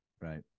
Right